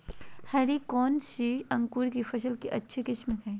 हरी कौन सी अंकुर की फसल के अच्छी किस्म है?